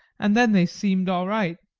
and then they seemed all right.